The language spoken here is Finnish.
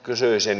kysyisin